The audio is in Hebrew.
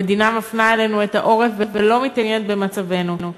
המדינה מפנה לנו עורף ולא מתעניינת במצבנו.